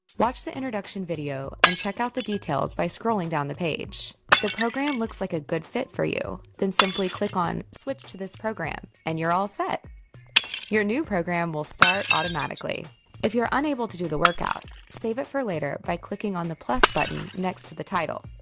watch the introduction video and check out the details by scrolling down the page if the program looks like a good fit for you, then simply click on switch to this program and you're all set your new program will start automatically if you're unable to do the workout save it for later by clicking on the plus button next to the title.